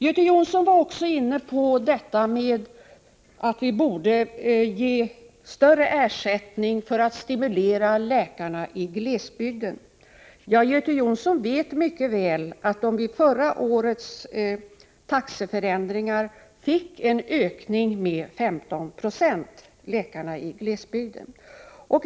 Göte Jonsson var också inne på att vi genom en högre ersättning borde stimulera läkarna i glesbygden. Men Göte Jonsson vet mycket väl att läkarna i glesbygden vid förra årets taxeförändringar fick en ökning med 15 96.